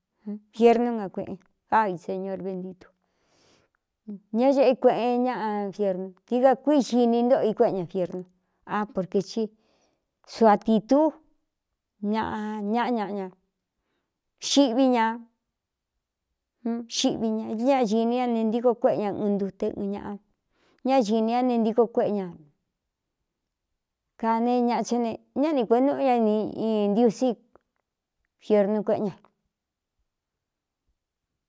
Fiernu nakuꞌn ái señr vntitu ñá eꞌe kueꞌen ñáꞌa nfiernu dií ka kui xini ntóꞌo i kuéꞌe ña fiernu á porkē cí suatitú ñaꞌa ñaꞌa ñaꞌ ña xiꞌví ña xiꞌví ñaéɨ ñꞌ īni ña ne ntíko kuéꞌe ña ɨɨn ntute ɨn ñāꞌa ñá cini ña ne ntíko kuéꞌe ña kāne ñaꞌ cá ne ñáꞌni kueꞌe núꞌu ña ni in ntiusí fiernu kueꞌen ña.